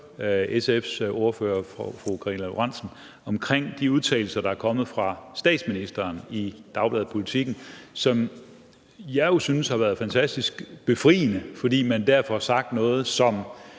SF's ordfører, fru Karina Lorentzen Dehnhardts, holdning til de udtalelser, der er kommet fra statsministeren i dagbladet Politiken, som jeg jo synes har været fantastisk befriende, fordi man der fik sagt noget, som